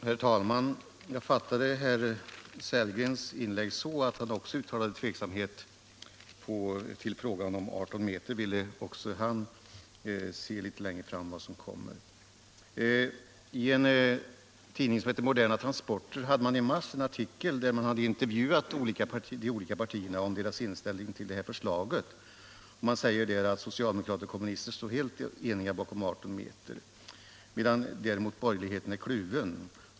Herr talman! Jag fattade herr Sellgrons inlägg så att också han uttalade tveksamhet när det gäller längden 18 m och att han ville sc vad som kommer litet längre fram. I en tidning som heter Moderna Transporter fanns det i mars en artikel, där man intervjuat företrädare för de olika partierna om deras inställning till förslaget. I artikeln säger man att socialdemokrater och kommunister står helt bakom längden 18 m, medan däremot borgerligheten är kluven.